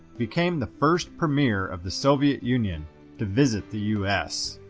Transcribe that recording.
became the first premier of the soviet union to visit the us.